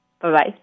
Bye-bye